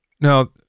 Now